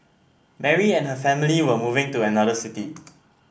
Mary and her family were moving to another city